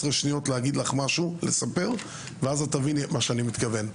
שניות לספר לך משהו ואז תביני למה אני מתכוון.